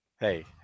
Hey